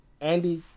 Andy